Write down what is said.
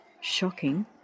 shocking